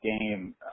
game